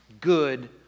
good